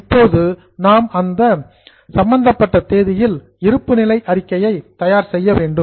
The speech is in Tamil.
இப்பொழுது நாம் அந்தந்த ரெஸ்பெக்டிவ் டேட்ஸ் சம்பந்தப்பட்ட தேதியில் இருப்பு நிலை அறிக்கையை தயார் செய்ய வேண்டும்